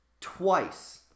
twice